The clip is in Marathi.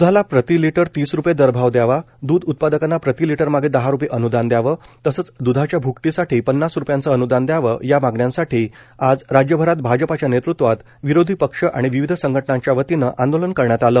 दुधाला प्रति लिटर तीस रुपये दरभाव दयावा दुध उत्पादकांना प्रति लिटरमागे दहा रुपये अनुदान दयावं तसंच द्रधाच्या भ्कटीसाठी पन्नास रुपयांचं अनुदान दयावं या मागण्यांसाठी आज राज्यभरात भाजपाच्या नेतृत्वात विरोधी पक्ष आणि विविध संघटनांच्या वतीनं आंदोलन करण्यात आलं